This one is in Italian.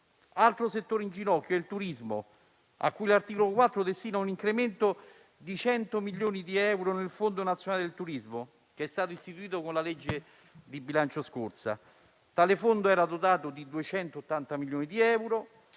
altro settore in ginocchio è il turismo, a cui l'articolo 4 destina un incremento di 100 milioni di euro nel Fondo nazionale del turismo, che è stato istituito con l'ultima legge di bilancio. Tale fondo era dotato di 280 milioni di euro,